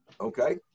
Okay